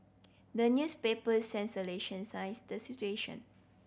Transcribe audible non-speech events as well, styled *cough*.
the newspapers *unintelligible* the situation